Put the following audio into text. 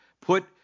put